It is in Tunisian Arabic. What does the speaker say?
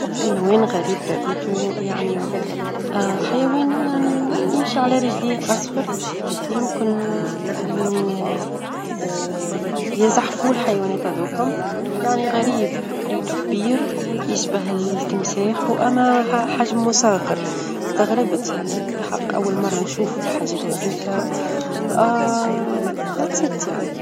أكتر حيوان غريب رأيته يعني حيوان يعني يمشي على رجليه أصفر يمكن من يزحفو الحيوانات هذوكم يعني غريب ريته كبير يشبه التمساح، وما حجمه صاغر استغربت يعني بالحق أول مرة نشوفو الحاجات هاذيك هذا هو يعني.